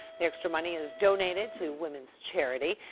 the extra money is donated to women's charity.